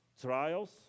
Trials